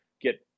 get